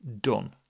done